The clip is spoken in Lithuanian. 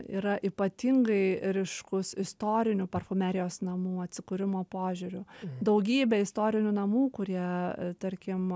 yra ypatingai ryškus istorinių parfumerijos namų atsikūrimo požiūriu daugybė istorinių namų kurie tarkim